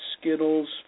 Skittles